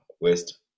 West